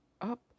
up